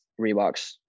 Reeboks